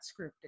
scripted